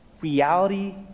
reality